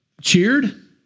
cheered